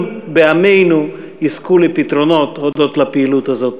בעמנו יזכו לפתרונות הודות לפעילות הזאת.